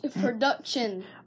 Production